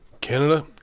Canada